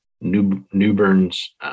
Newburn's